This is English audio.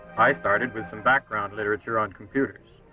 i started with some background literature on computers.